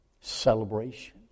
Celebration